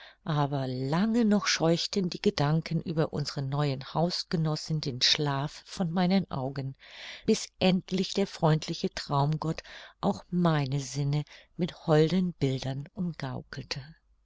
aber lange noch scheuchten die gedanken über unsere neue hausgenossin den schlaf von meinen augen bis endlich der freundliche traumgott auch meine sinne mit holden bildern umgaukelte